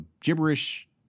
gibberish